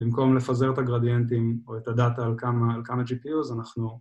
‫במקום לפזר את הגרדיאנטים ‫או את הדאטה על כמה GPUs, אנחנו...